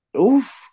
Oof